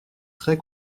très